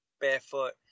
barefoot